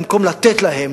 במקום לתת להם,